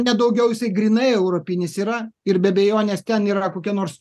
ne daugiau jisai grynai europinis yra ir be abejonės ten yra kokie nors